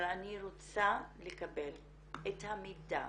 אבל אני רוצה לקבל את המידע